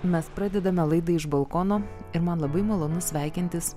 mes pradedame laidą iš balkono ir man labai malonu sveikintis